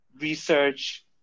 research